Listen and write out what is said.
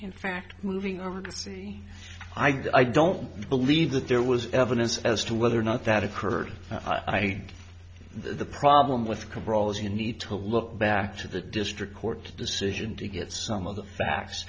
in fact moving over to see i don't believe that there was evidence as to whether or not that occurred the problem with control is you need to look back to the district court decision to get some of the facts